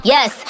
Yes